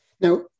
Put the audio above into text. Now